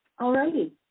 Alrighty